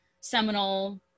seminal